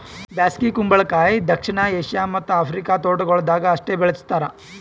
ಬ್ಯಾಸಗಿ ಕುಂಬಳಕಾಯಿ ದಕ್ಷಿಣ ಏಷ್ಯಾ ಮತ್ತ್ ಆಫ್ರಿಕಾದ ತೋಟಗೊಳ್ದಾಗ್ ಅಷ್ಟೆ ಬೆಳುಸ್ತಾರ್